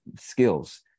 skills